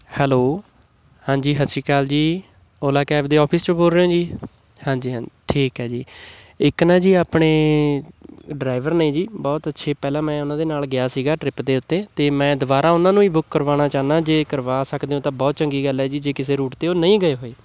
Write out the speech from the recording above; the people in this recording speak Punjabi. ਹੈਲੋ ਹਾਂਜੀ ਸਤਿ ਸ਼੍ਰੀ ਅਕਾਲ ਜੀ ਓਲਾ ਕੈਬ ਦੇ ਅੋਫਿਸ ਚੋਂ ਬੋਲ ਰਹੇ ਹੋ ਜੀ ਹਾਂਜੀ ਹਾਂਜੀ ਠੀਕ ਹੈ ਜੀ ਇੱਕ ਨਾ ਜੀ ਆਪਣੇ ਡਰਾਈਵਰ ਨੇ ਜੀ ਬਹੁਤ ਅੱਛੇ ਪਹਿਲਾਂ ਮੈਂ ਉਹਨਾਂ ਦੇ ਨਾਲ ਗਿਆ ਸੀਗਾ ਟਰਿੱਪ ਦੇ ਉੱਤੇ ਅਤੇ ਮੈਂ ਦੁਬਾਰਾ ਉਹਨਾਂ ਨੂੰ ਹੀ ਬੁੱਕ ਕਰਵਾਉਣਾ ਚਾਹੁੰਦਾ ਜੇ ਕਰਵਾ ਸਕਦੇ ਹੋ ਤਾਂ ਬਹੁਤ ਚੰਗੀ ਗੱਲ ਹੈ ਜੀ ਜੇ ਕਿਸੇ ਰੂਟ 'ਤੇ ਉਹ ਨਹੀਂ ਗਏ ਹੋਏ